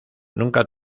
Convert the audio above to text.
nunca